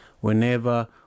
whenever